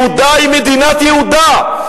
יהודה היא מדינת יהודה.